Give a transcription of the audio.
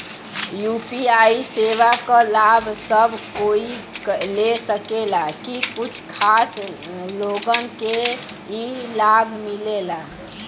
UPI सेवा क लाभ सब कोई ले सकेला की कुछ खास लोगन के ई लाभ मिलेला?